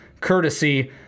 courtesy